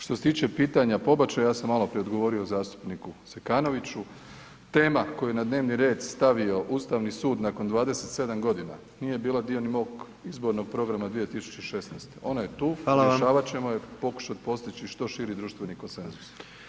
Što se tiče pitanja pobačaja, ja sam maloprije odgovorio zastupniku Zekanoviću, tema koju je na dnevni red stavio Ustavni sud nakon 27 godina, nije bila dio ni mog izbornog programa 2016., ona je tu, rješavat ćemo je [[Upadica: Hvala vam.]] pokušat postići što širi društveni konsenzus.